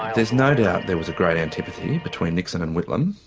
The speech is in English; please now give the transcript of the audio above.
is no doubt there was a great antipathy between nixon and whitlam.